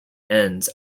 ends